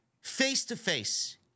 face-to-face